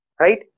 right